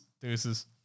deuces